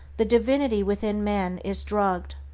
the divinity within men is drugged,